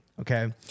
okay